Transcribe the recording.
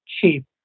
cheap